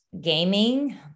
gaming